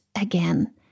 again